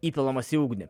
įpilamas į ugnį